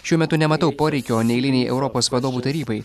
šiuo metu nematau poreikio neeilinei europos vadovų tarybai